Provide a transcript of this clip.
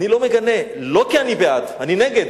אני לא מגנה לא כי אני בעד, אני נגד,